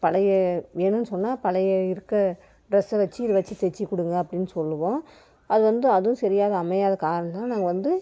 பழைய வேணும்ன்னு சொன்னால் பழைய இருக்க ட்ரெஸ்ஸை வெச்சி இதை வெச்சி தைச்சிக் கொடுங்க அப்படின்னு சொல்வோம் அது வந்து அதுவும் சரியாக அமையாத காரணத்தினால நாங்கள் வந்து